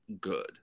good